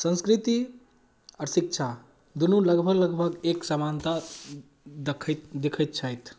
संस्कृति आओर शिक्षा दुनू लगभग लगभग एक समानता दखैत देखैत छथि